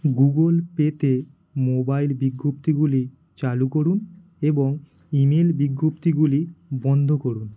Google Pay তে mobile বিজ্ঞপ্তিগুলি চালু করুন এবং ইমেল বিজ্ঞপ্তিগুলি বন্ধ করুন